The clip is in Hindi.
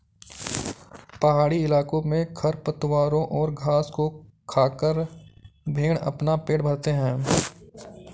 पहाड़ी इलाकों में खरपतवारों और घास को खाकर भेंड़ अपना पेट भरते हैं